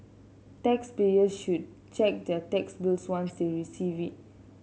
taxpayers should check their tax bills once they receive it